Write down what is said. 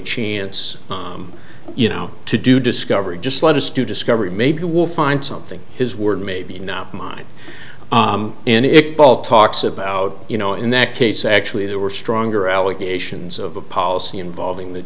chance you know to do discovery just let us do discovery maybe we'll find something his word maybe not mine and it paul talks about you know in that case actually there were stronger allegations of a policy involving the